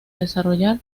desarrollar